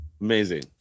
Amazing